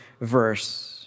verse